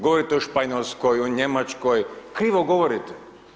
Govorite o Španjolskoj, o Njemačkoj, krivo govorite.